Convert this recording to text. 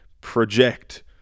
project